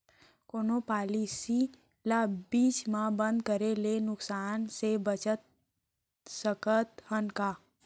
कोनो पॉलिसी ला बीच मा बंद करे ले नुकसान से बचत सकत हन का?